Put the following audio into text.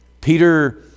Peter